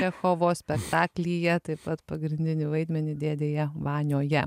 čechovo spektaklyje taip pat pagrindinį vaidmenį dėdėje vanioje